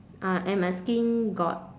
ah and my skin got